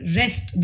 rest